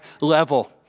level